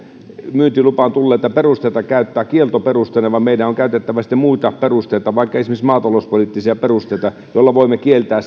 myyntilupaan tulleita perusteita käyttää kieltoperusteina vaan meidän on on käytettävä sitten muita perusteita vaikka esimerkiksi maatalouspoliittisia perusteita joilla voimme kieltää